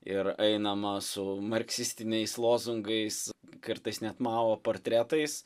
ir einama su marksistiniais lozungais kartais net mao portretais